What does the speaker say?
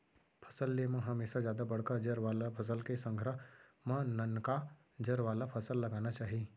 फसल ले म हमेसा जादा बड़का जर वाला फसल के संघरा म ननका जर वाला फसल लगाना चाही